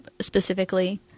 specifically